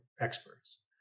experts